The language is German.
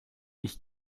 ich